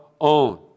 own